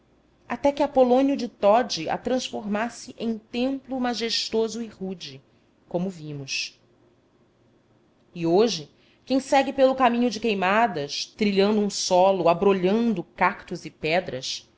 até que apolônio de todi a transformasse em templo majestoso e rude como vimos e hoje quem segue pelo caminho de queimadas trilhando um solo abrolhando cactos e pedras